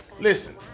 Listen